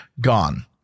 gone